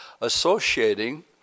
associating